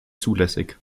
zulässig